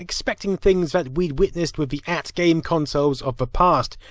expecting things that we'd witnessed with the at game consoles of the past,